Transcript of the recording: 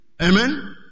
Amen